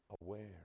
aware